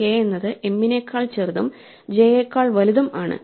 k എന്നത് m നേക്കാൾ ചെറുതും j യേക്കാൾ വലുതും ആണ്